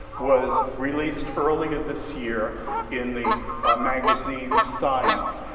was released earlier this year in the magazine science.